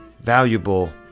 valuable